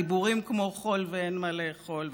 דיבורים כמו חול ואין מה לאכול.